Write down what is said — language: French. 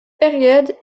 période